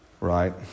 right